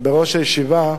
בראש הישיבה,